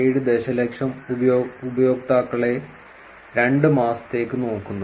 7 ദശലക്ഷം ഉപയോക്താക്കളെ രണ്ട് മാസത്തേക്ക് നോക്കുന്നു